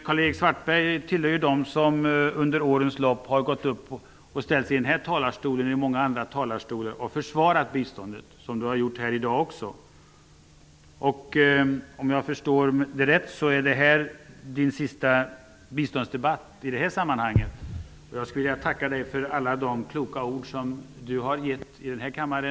Karl-Erik Svartberg tillhör dem som under årens lopp har ställt sig i denna talarstol och i många andra talarstolar för att försvara biståndet. Det har han gjort också i dag. Om jag förstår saken rätt är detta hans sista biståndsdebatt i det här sammanhanget. Jag skulle vilja tacka Karl-Erik Svartberg för alla kloka ord som han har sagt i denna kammare.